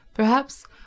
Perhaps